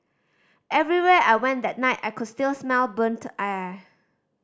everywhere I went that night I could still smell burnt air